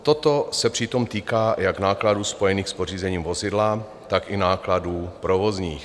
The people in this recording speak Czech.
Toto se přitom týká jak nákladů spojených s pořízením vozidla, tak i nákladů provozních.